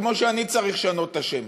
כמו שאני צריך לשנות את השם: